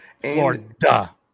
Florida